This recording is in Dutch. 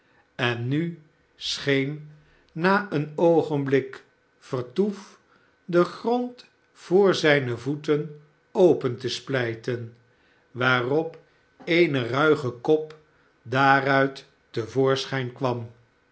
en nu scheen na een oogenblik vertoef de grond voor zijne voeten open te splijten waarop eene ruige kop daaruit te voorschijn kwam